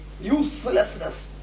uselessness